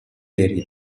area